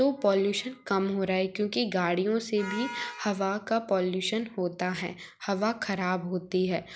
तो पॉल्यूशन कम हो रहा है क्योंकि गाड़ियाें से भी हवा का पॉल्यूशन होता है हवा ख़राब होती है